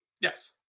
yes